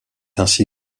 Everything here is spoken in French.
ainsi